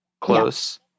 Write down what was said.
close